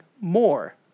more